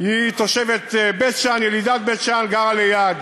היא ילידת בית-שאן ותושבת בית-שאן וגרה ליד.